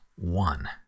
one